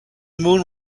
moon